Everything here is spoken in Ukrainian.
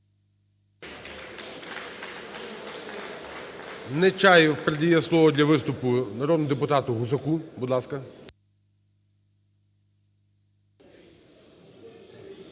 Нечаєв передає слово для виступу народному депутату Гусаку, будь ласка.